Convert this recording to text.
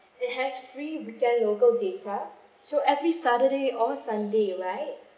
it has free weekend local data so every saturday or sunday right